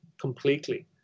completely